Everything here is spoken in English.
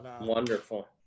Wonderful